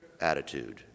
attitude